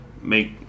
make